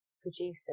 producers